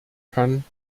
kann